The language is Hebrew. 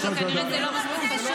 כי כנראה זה לא מספיק חשוב.